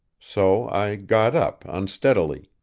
so i got up, unsteadily.